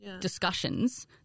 discussions